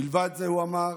מלבד זה הוא אמר